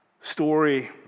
story